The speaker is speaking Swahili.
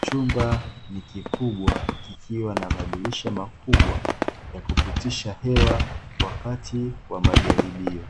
Chumba ni kikubwa kikiwa na madirisha makubwa ya kupitisha hewa wakati wa majaribio.